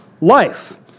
life